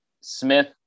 Smith